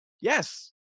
Yes